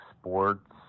sports